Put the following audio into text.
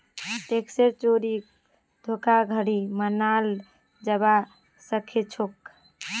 टैक्सेर चोरी धोखाधड़ी मनाल जाबा सखेछोक